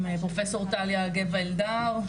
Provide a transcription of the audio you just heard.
עם פרופ' טליה גבע אלדר,